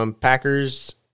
Packers